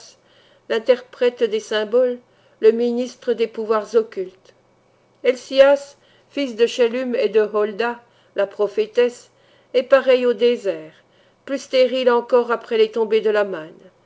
l'interprète des symboles le ministre des pouvoirs occultes helcias fils de schellüm et de holda la prophétesse est pareil au désert plus stérile encore après les tombées de la manne